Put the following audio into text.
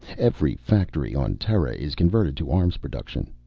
every factory on terra is converted to arms production.